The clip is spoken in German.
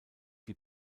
die